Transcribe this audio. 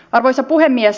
arvoisa puhemies